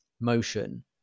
motion